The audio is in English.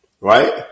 right